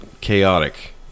chaotic